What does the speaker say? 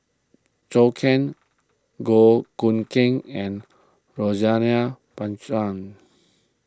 Zhou Can Goh Keng and Rosaline Pang Chan